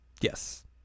Yes